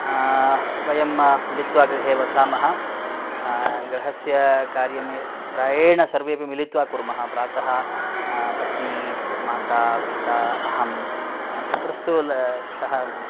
वयं मिलित्वा गृहे वसामः गृहस्य कार्यम् एव प्रायेण सर्वेपि मिलित्वा कुर्मः प्रातः पत्नी माता पिता अहं पुत्रस्तु सः